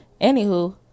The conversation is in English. anywho